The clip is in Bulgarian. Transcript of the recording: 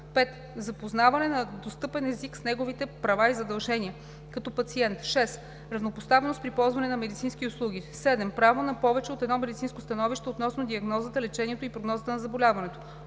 5. запознаване на достъпен език с неговите права и задължения като пациент; 6. равнопоставеност при ползване на медицински услуги; 7. право на повече от едно медицинско становище относно диагнозата, лечението и прогнозата на заболяването;